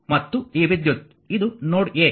ಮತ್ತು ಈ ವಿದ್ಯುತ್ ಇದು ನೋಡ್ a